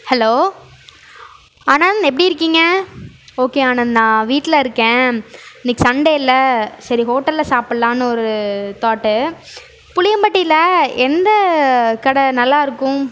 hello Anand எப்படி இருக்கீங்க okay Anand நான் வீட்டில் இருக்கேன் இன்னக்கு சண்டேல சரி ஹோட்டலில் சாப்பிட்லான்னு ஒரு தாட்டு புளியம்பட்டியில எந்த கடை நல்லாயிருக்கும்